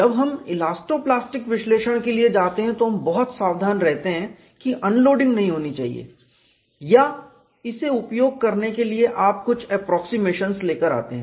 जब हम elasto plastic विश्लेषण के लिए जाते हैं तो हम बहुत सावधान रहते हैं की अनलोडिंग नहीं होनी चाहिए या इसे उपयोग करने के लिए आप कुछ एप्रोक्सीमेशंस लेकर आते हैं